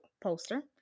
poster